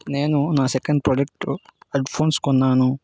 నేను నా second product headphones కొన్నాను